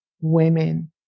women